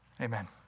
Amen